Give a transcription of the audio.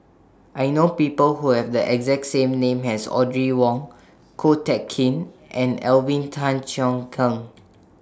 I know People Who Have The exact name as Audrey Wong Ko Teck Kin and Alvin Tan Cheong Kheng